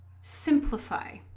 simplify